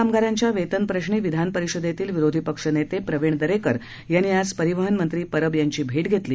कामगारांच्या वेतन प्रश्री विधान परिषदेतील विरोधीपक्ष नेते प्रवीण दरेकर यांनी आज परिवहन मंत्री परब यांची भेट घेतली